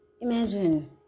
imagine